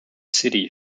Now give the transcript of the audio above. city